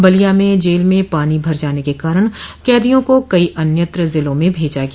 बलिया में जेल में पानी भर जाने के कारण कैदियों को कई अन्यंत्र जिलों में भेजा गया